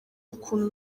ukuntu